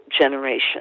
generation